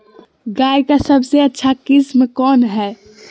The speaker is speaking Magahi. गाय का सबसे अच्छा किस्म कौन हैं?